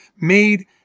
made